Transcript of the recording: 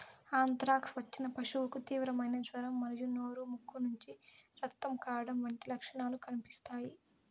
anthrax వచ్చిన పశువుకు తీవ్రమైన జ్వరం మరియు నోరు, ముక్కు నుంచి రక్తం కారడం వంటి లక్షణాలు కనిపిస్తాయి